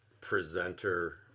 presenter